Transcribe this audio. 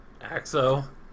AXO